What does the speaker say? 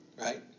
right